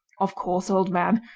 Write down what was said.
of course, old man,